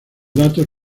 datos